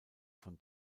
von